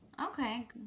Okay